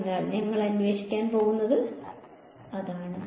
അതിനാൽ ഞങ്ങൾ അന്വേഷിക്കാൻ പോകുന്നത് അതാണ്